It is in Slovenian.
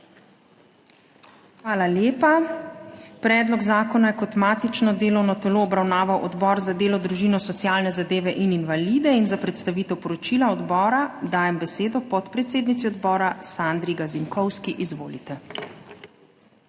Hvala lepa. Predlog zakona je kot matično delovno telo obravnaval Odbor za delo, družino, socialne zadeve in invalide. Za predstavitev poročila odbora dajem besedo podpredsednici odbora Sandri Gazinkovski. Izvolite.